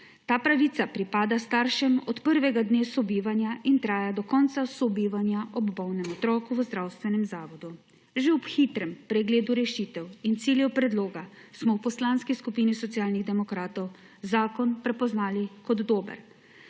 Ta pravica pripada staršem od prvega dne sobivanja in traja do konca sobivanja ob bolnem otroku v zdravstvenem zavodu. Že ob hitrem pregledu rešitev in ciljev predloga smo v Poslanski skupini Socialnih demokratov zakon prepoznali kot dober,